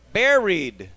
buried